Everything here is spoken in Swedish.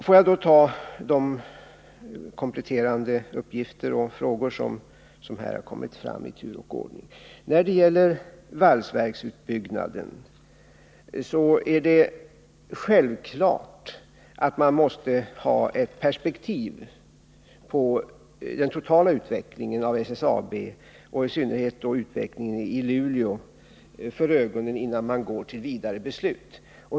Låt mig kommentera de kompletterande uppgifter och frågor som ställts i tur och ordning. När det gäller valsverksutbyggnaden vill jag säga att det är självklart att man måste ha ett perspektiv på den totala utvecklingen i SSAB och i synnerhet utvecklingen i Luleå för ögonen innan man går till vidare beslut.